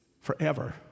forever